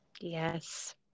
Yes